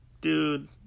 dude